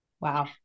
Wow